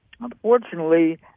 unfortunately